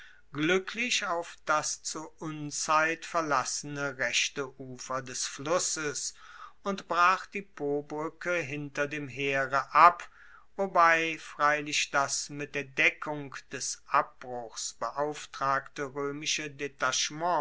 gluecklich auf das zur unzeit verlassene rechte ufer des flusses und brach die pobruecke hinter dem heere ab wobei freilich das mit der deckung des abbruchs beauftragte roemische